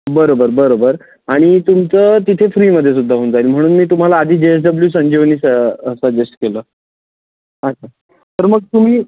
बरोबर बरोबर आणि तुमचं तिथे फ्रीमध्ये सुद्धा होऊन जाईल म्हणून मी तुम्हाला आधी जे एस डब्लू संजीवनी स सजेस्ट केलं अच्छा तर मग तुम्ही